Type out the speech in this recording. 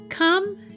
Come